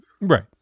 Right